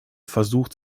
versucht